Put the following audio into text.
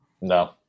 No